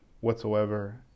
whatsoever